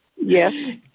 Yes